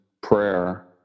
prayer